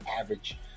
average